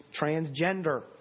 transgender